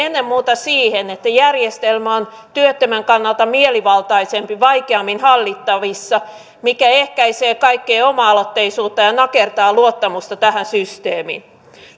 ennen muuta siihen että järjestelmä on työttömän kannalta mielivaltaisempi ja vaikeammin hallittavissa mikä ehkäisee kaikkea oma aloitteisuutta ja ja nakertaa luottamusta tähän systeemiin